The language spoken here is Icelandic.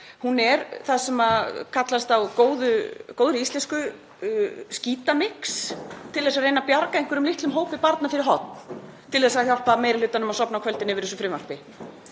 Hún er það sem kallast á góðri íslensku skítamix til að reyna að bjarga einhverjum litlum hópi barna fyrir horn, til að hjálpa meiri hlutanum að sofna á kvöldin yfir þessu frumvarpi.